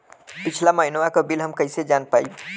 पिछला महिनवा क बिल हम कईसे जान पाइब?